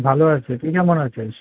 ভালো আছি তুই কেমন আছিস